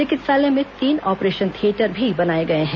चिकित्सालय में तीन ऑपरेशन थियेटर भी बनाए गए हैं